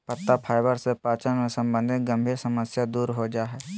पत्ता फाइबर से पाचन संबंधी गंभीर समस्या दूर हो जा हइ